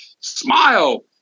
Smile